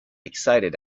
excited